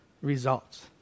results